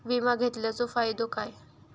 विमा घेतल्याचो फाईदो काय?